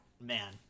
man